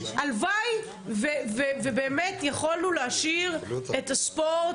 הלוואי ובאמת יכולנו להשאיר את הספורט